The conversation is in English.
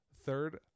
Third